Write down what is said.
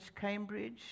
Cambridge